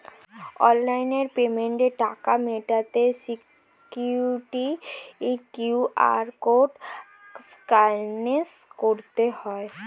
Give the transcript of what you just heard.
online পেমেন্টে টাকা মেটাতে সিকিউরিটি কিউ.আর কোড স্ক্যান করতে হয়